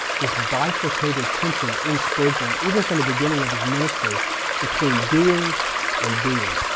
this bifurcated tension in spurgeon. even from the beginning of his ministry between doing and being.